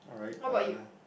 what about you